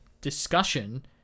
discussion